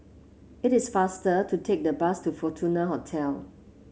it is faster to take the bus to Fortuna Hotel